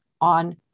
on